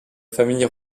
famille